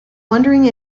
wondering